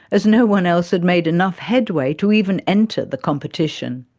as no one else had made enough headway to even enter the competition.